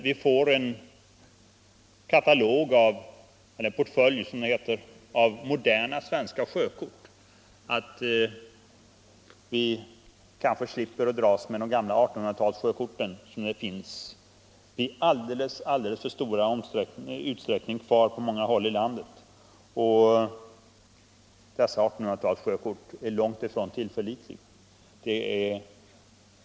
Vi måste få en portfölj med moderna svenska sjökort så att vi slipper dras med de gamla 1800 talssjökort som i alldeles för stor utsträckning finns kvar på många håll i landet. Dessa 1800-talssjökort är långt ifrån tillförlitliga.